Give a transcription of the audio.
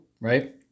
right